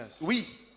Oui